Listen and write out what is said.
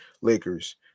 lakers